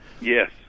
Yes